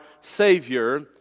Savior